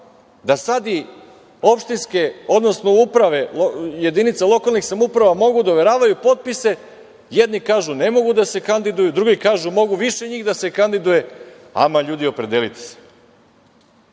da sad i opštinske, odnosno uprave jedinica lokalnih samouprava mogu da overavaju potpise. Jedni kažu ne mogu da se kandiduju, drugi kažu mogu više njih da se kandiduje. Ama, ljudi, opredelite se.